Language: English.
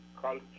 culture